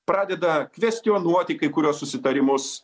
pradeda kvestionuoti kai kuriuos susitarimus